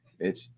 Bitch